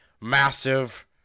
massive